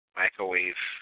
microwave